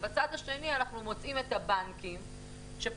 ובצד השני אנחנו מוצאים את הבנקים שפשוט